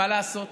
מה לעשות,